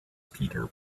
peter